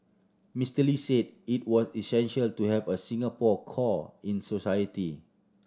Mister Lee said it was essential to have a Singapore core in society